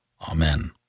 Amen